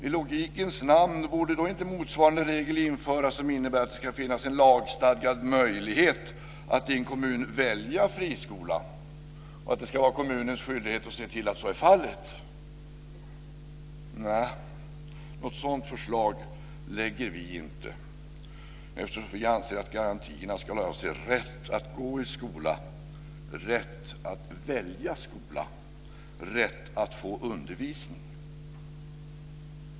I logikens namn, borde då inte motsvarande regel införas som innebär att det ska finnas en lagstadgad möjlighet i en kommun att välja friskola och att det ska vara kommunens skyldighet att se till att så är fallet? Något sådant förslag lägger vi inte fram, eftersom vi anser att garantierna ska avse rätt att gå i skola, rätt att välja skola och rätt att få undervisning.